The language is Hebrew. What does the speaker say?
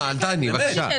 נעמה, אל תעני, בבקשה.